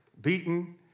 beaten